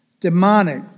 demonic